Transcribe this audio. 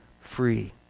free